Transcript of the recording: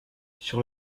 sur